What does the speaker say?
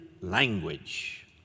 language